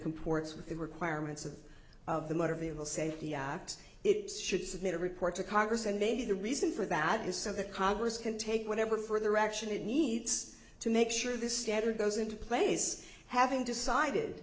the requirements of of the motor vehicle safety act it should submit a report to congress and maybe the reason for that is so the congress can take whatever for the record it needs to make sure this standard goes into place having decided